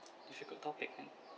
difficult topic man